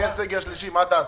אם יהיה סגר שלישי, מה תעשו?